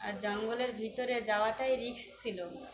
আর জঙ্গলের ভিতরে যাওয়াটায় রিস্ক ছিল